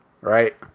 right